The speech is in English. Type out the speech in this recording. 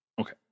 Okay